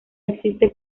existe